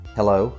Hello